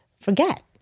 forget